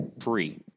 Free